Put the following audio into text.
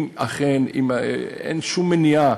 אם אכן אין שום מניעה,